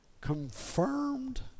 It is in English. confirmed